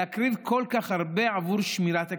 להקריב כל כך הרבה עבור שמירת הכדור?